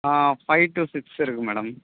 ah five to six இருக்குது madam